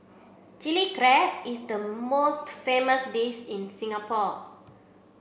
Chilli Crab is the most famous dish in Singapore